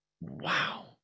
Wow